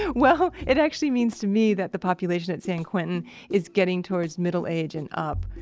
and well, it actually means to me that the population at san quentin is getting towards middle age and up.